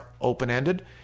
open-ended